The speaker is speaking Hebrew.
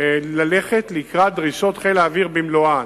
ללכת לקראת דרישות חיל האוויר במלואן.